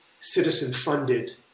citizen-funded